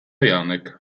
janek